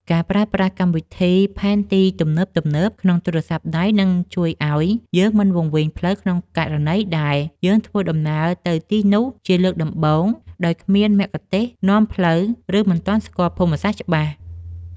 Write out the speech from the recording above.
ការប្រើប្រាស់កម្មវិធីផែនទីទំនើបៗក្នុងទូរស័ព្ទដៃនឹងជួយឱ្យយើងមិនវង្វេងផ្លូវក្នុងករណីដែលយើងធ្វើដំណើរទៅទីនោះជាលើកដំបូងដោយគ្មានមគ្គុទ្ទេសក៍នាំផ្លូវ ឬ មិនទាន់ស្គាល់ភូមិសាស្ត្រច្បាស់។